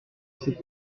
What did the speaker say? cette